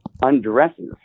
undresses